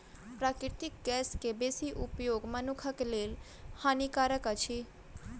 प्राकृतिक गैस के बेसी उपयोग मनुखक लेल हानिकारक अछि